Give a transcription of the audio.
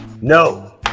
No